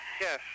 Yes